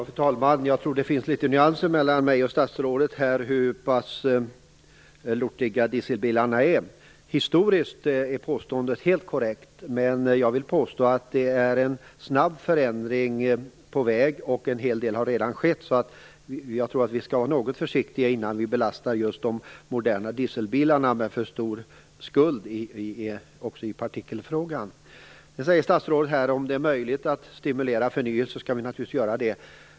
Fru talman! Jag tror att det finns litet nyanser mellan mig och statsrådet när det gäller hur lortiga dieselbilarna är. Historiskt är påståendet helt korrekt, men jag vill påstå att det är en snabb förändring på väg, och en hel del har redan skett. Jag tror därför att vi skall vara något försiktiga innan vi belastar just de moderna dieselbilarna med för stor skuld också när det gäller partiklar. Statsrådet säger att om det är möjligt att stimulera fram en förnyelse skall vi naturligtvis göra det.